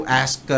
ask